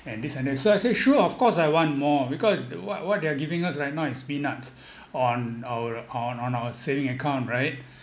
and this and that so I say sure of course I want more because the what what they are giving us right now is peanuts on our on our saving account right